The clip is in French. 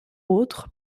autres